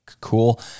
Cool